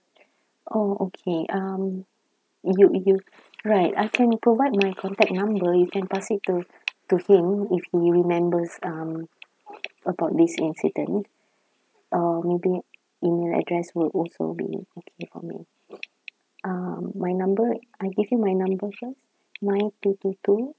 oh okay um you you right I can provide my contact number you can pass it to to him if he remembers um about this incident uh maybe email address would also be okay for me um my number I give you my number first nine two two two